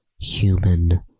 human